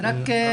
אני יוצאת עוד